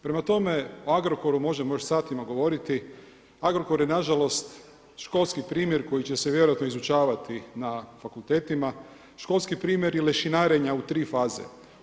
Prema tome o Agrokoru možemo još satima govoriti, Agrokor je nažalost školski primjer koji će se vjerojatno izučavati na fakultetima, školski primjer i lešinarenja u 3 faze.